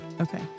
Okay